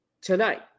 Tonight